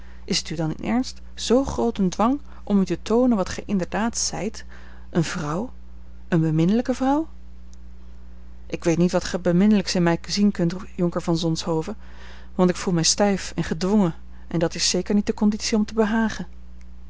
is het u dan in ernst zoo groot een dwang om u te toonen wat gij inderdaad zijt eene vrouw eene beminnelijke vrouw ik weet niet wat gij beminnelijks in mij zien kunt jonker van zonshoven want ik voel mij stijf en gedwongen en dat is zeker niet de conditie om te behagen